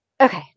Okay